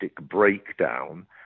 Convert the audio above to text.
breakdown